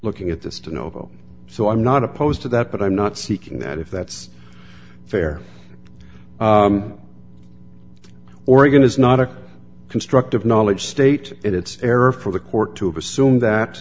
looking at this to novo so i'm not opposed to that but i'm not seeking that if that's fair oregon is not a constructive knowledge state and it's fair for the court to assume that